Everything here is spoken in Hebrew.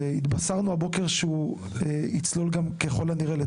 והתבשרנו הבוקר שהוא יצלול גם ככל הנראה,